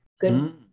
Good